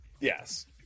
Yes